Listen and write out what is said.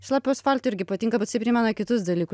šlapio asfalto irgi patinka bet jisai primena kitus dalyku